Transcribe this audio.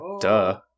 Duh